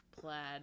plaid